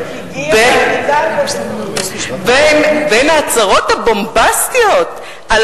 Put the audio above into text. הגיע ל"עמידר" בין ההצהרות הבומבסטיות על